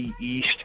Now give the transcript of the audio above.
East